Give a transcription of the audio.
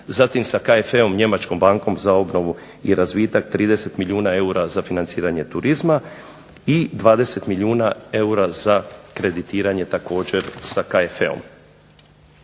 Zatim sa KFE-om, njemačkom bankom za obnovu i razvitak 30 milijuna eura za financiranje turizma i 20 milijuna eura za kreditiranje također sa KFE-om.